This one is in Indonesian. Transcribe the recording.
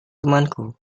temanku